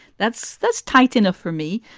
that's that's tight enough for me.